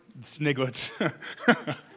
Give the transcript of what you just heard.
Sniglets